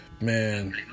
man